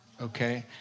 okay